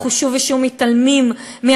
אנחנו שוב ושוב מתעלמים מהתוכן,